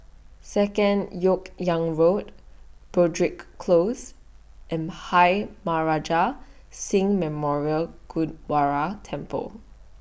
Second Yok Yang Road Broadrick Close and Bhai Maharaj Singh Memorial Gurdwara Temple